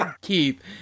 Keith